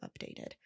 updated